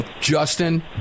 Justin